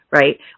right